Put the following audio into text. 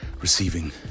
receiving